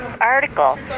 article